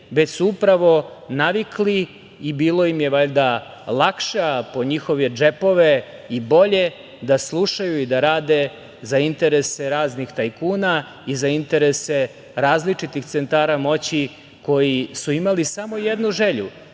već su upravo navikli i bilo im je valjda lakše po njihove džepove i bolje da slušaju i da rade za interese raznih tajkuna i za interese različitih centara moći, koji su imali samo jednu želju